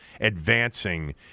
advancing